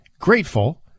Grateful